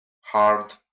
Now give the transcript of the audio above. hard